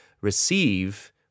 receive